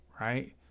right